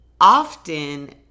often